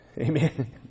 Amen